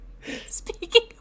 Speaking